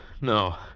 No